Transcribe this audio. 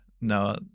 no